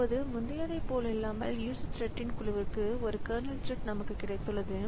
இப்போது முந்தையதைப் போலல்லாமல் யூசர் த்ரெட்ன் குழுவுக்கு ஒரு கர்னல் த்ரெட் நமக்கு கிடைத்துள்ளது